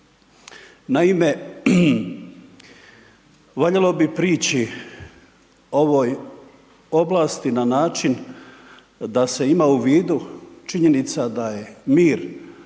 Naime, valjalo bi priči ovoj oblasti na način da se ima u vidu činjenica da je mir